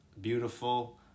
Beautiful